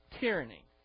tyranny